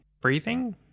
breathing